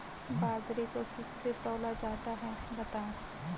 बाजरे को किससे तौला जाता है बताएँ?